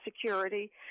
security